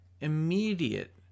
immediate